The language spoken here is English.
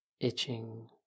itching